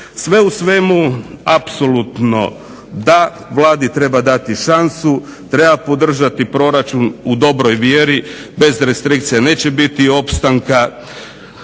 Sve u svemu apsolutno da. Vladi treba dati šansu, treba podržati proračun u dobroj vjeri, bez restrikcija neće biti opstanka.